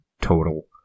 total